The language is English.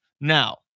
now